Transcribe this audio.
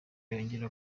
yongera